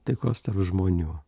taikos tarp žmonių